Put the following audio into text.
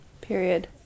Period